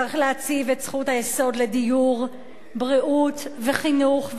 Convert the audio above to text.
צריך להציב את זכות היסוד לדיור, בריאות וחינוך.